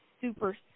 super